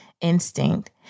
instinct